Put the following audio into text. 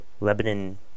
Lebanon